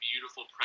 beautiful